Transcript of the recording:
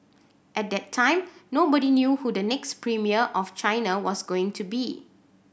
at the time nobody knew who the next premier of China was going to be